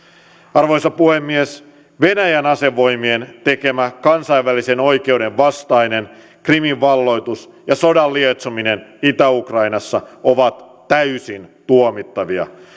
arvoisa puhemies venäjän asevoimien tekemä kansainvälisen oikeuden vastainen krimin valloitus ja sodan lietsominen itä ukrainassa ovat täysin tuomittavia